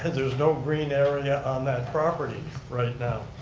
there's no green area on that property right now.